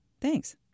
Thanks